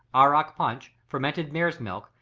arrack punch, fermented mare's milk,